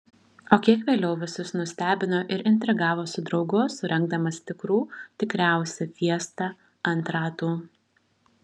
o kiek vėliau visus nustebino ir intrigavo su draugu surengdamas tikrų tikriausią fiestą ant ratų